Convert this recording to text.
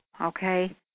okay